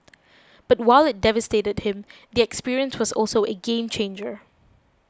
but while it devastated him the experience was also a game changer